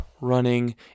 running